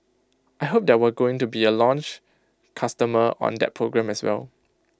I hope that we're going to be A launch customer on that program as well